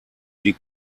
die